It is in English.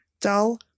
Dull